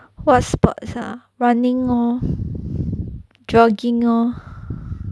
what sports ah running lor jogging lor